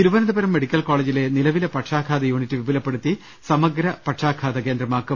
Thiruvananthapuram medical കോളേജിലെ നിലവിലെ പക്ഷാഘാതയൂണിറ്റ് വിപുലപ്പെടുത്തി സമഗ്ര പക്ഷാഘാത കേന്ദ്രമാക്കും